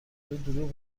دروغ